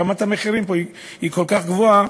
רמת המחירים פה היא כל כך גבוהה,